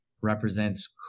represents